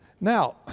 Now